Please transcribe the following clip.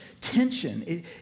tension